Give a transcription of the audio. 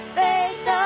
faith